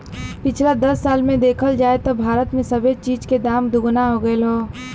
पिछला दस साल मे देखल जाए त भारत मे सबे चीज के दाम दुगना हो गएल हौ